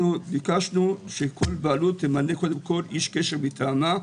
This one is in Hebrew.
ביקשנו שכל בעלות תמנה קודם כל איש קשר מטעמה,